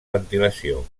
ventilació